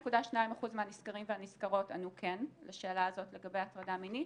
2.2% מהנסקרים והנסקרות ענו כן לשאלה הזאת לגבי הטרדה מינית,